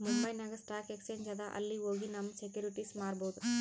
ಮುಂಬೈನಾಗ್ stock exchange ಅದಾ ಅಲ್ಲಿ ಹೋಗಿ ನಮ್ ಸೆಕ್ಯೂರಿಟಿಸ್ ಮಾರ್ಬೊದ್